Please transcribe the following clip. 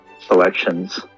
selections